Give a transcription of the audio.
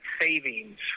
savings